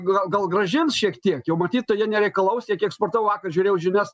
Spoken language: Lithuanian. gal gal grąžins šiek tiek jau matyt to jie nereikalaus tiek kiek sportavau vakar žiūrėjau žinias